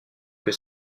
que